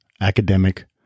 academic